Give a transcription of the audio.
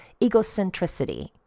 egocentricity